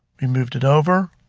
we moved it over,